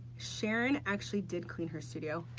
sharon, actually, did clean her studio.